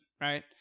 right